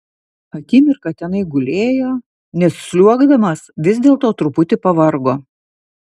akimirką tenai gulėjo nes sliuogdamas vis dėlto truputį pavargo